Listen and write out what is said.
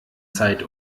zeit